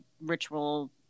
ritual